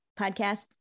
podcast